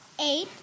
Eight